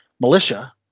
militia